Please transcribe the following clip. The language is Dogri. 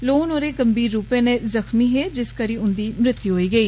लोन होर गंभीर रूप कन्नै जख्मी हे जिस करी उन्दी मृत्यु होई गेई